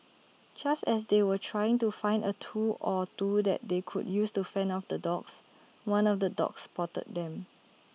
just as they were trying to find A tool or two that they could use to fend off the dogs one of the dogs spotted them